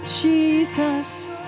Jesus